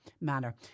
manner